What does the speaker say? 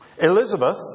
Elizabeth